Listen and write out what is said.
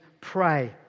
pray